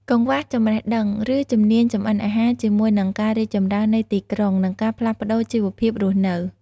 កង្វះចំណេះដឹង ឬជំនាញចម្អិនអាហារជាមួយនឹងការរីកចម្រើននៃទីក្រុង និងការផ្លាស់ប្តូរជីវភាពរស់នៅ ។